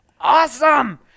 awesome